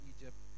Egypt